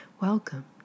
Welcome